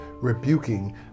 rebuking